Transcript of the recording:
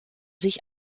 sich